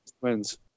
wins